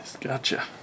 Gotcha